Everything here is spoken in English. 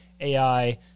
AI